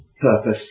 purpose